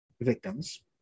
victims